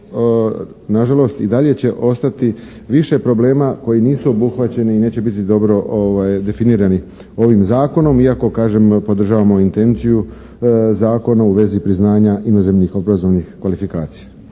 nažalost i dalje će ostati više problema koji nisu obuhvaćeni i neće biti dobro definirani ovim zakonom. Iako, kažem, podržavamo intenciju zakona u vezi priznanja inozemnih obrazovnih kvalifikacija.